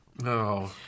no